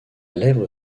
lèvre